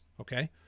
Okay